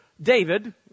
David